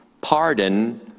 pardon